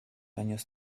años